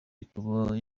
ikaba